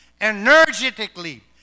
energetically